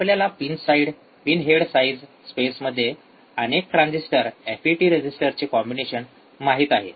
आपल्याला pin side pin head size स्पेसमध्ये अनेक ट्रान्झिस्टर एफईटी रेझिस्टरचे कॉम्बिनेशन माहित आहे